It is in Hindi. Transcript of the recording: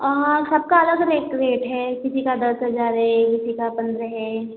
हाँ सबका अलग रेट रेट है किसी का दस हजार है किसी का पन्द्रह है